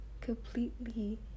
completely